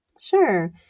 Sure